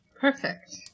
Perfect